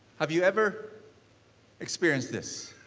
have you ever experienced this,